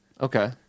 Okay